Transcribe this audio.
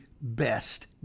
best